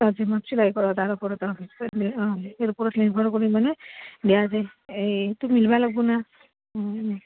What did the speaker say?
মই চিলাই কৰা তাৰ ওপৰত অ ই ওপৰত নিৰ্ভৰ কৰি মানে বেয়া এইটো মিলবা লাগব না